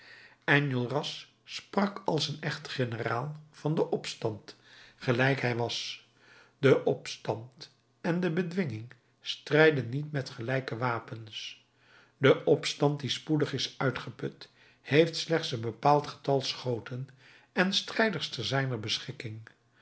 enjolras sprak als een echt generaal van den opstand gelijk hij was de opstand en de bedwinging strijden niet met gelijke wapens de opstand die spoedig is uitgeput heeft slechts een bepaald getal schoten en strijders te zijner beschikking